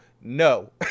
No